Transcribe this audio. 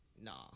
Nah